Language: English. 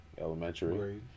elementary